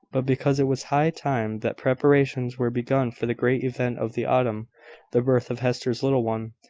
but because it was high time that preparations were begun for the great event of the autumn the birth of hester's little one.